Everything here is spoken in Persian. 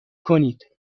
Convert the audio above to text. کنید